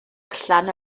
allan